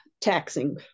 taxing